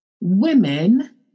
women